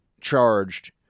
charged